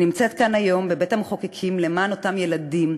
אני נמצאת כאן היום בבית-המחוקקים למען אותם ילדים,